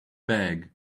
bag